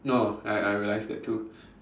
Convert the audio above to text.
no I I I realize that too